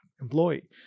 employee